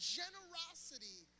generosity